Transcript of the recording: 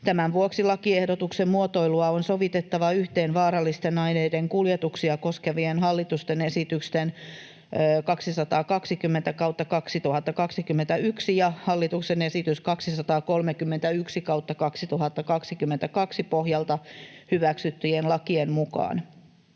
Tämän vuoksi lakiehdotuksen muotoilua on sovitettava yhteen vaarallisten aineiden kuljetuksia koskevien hallituksen esityksen 220/2021 ja hallituksen esityksen 231/2022 pohjalta hyväksyttyjen lakien mukaan.